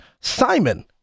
Simon